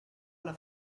alla